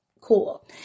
Cool